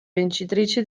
vincitrici